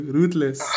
Ruthless